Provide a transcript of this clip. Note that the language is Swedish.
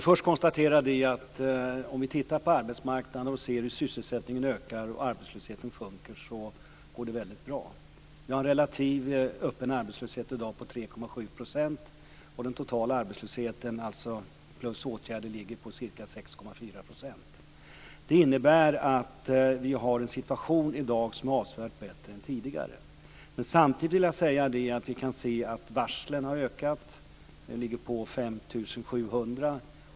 Fru talman! När det gäller arbetsmarknaden, den ökande sysselsättningen och den sjunkande arbetslösheten går det väldigt bra. Den relativa öppna arbetslösheten ligger i dag på 3,7 %. Den totala arbetslösheten plus åtgärder ligger på ca 6,4 %. Det innebär att situationen i dag är avsevärt bättre än tidigare. Samtidigt har antalet varsel ökat. De uppgår till 5 700.